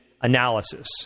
analysis